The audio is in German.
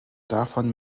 davon